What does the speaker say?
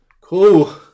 cool